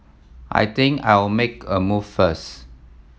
I think I'll make a move first